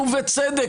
ובצדק,